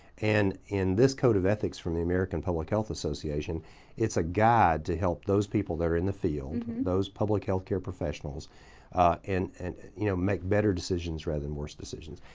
and in this code of ethics from the american public health association it's a guide to help those people that are in the field, those public health care professionals and you know make better decisions rather than worse decisions.